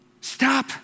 Stop